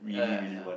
ya ya ya